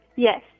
Yes